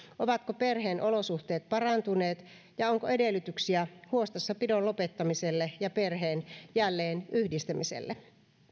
ovatko perheen olosuhteet parantuneet ja onko edellytyksiä huostassapidon lopettamiselle ja perheen jälleenyhdistämiselle